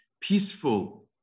peaceful